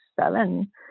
seven